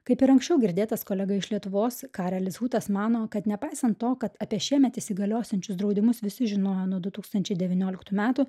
kaip ir anksčiau girdėtas kolega iš lietuvos karelis hutas mano kad nepaisant to kad apie šiemet įsigaliosiančius draudimus visi žinojo nuo du tūkstančiai devynioliktų metų